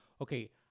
okay